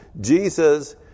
Jesus